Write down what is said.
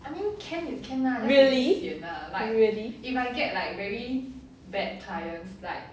really